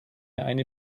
eine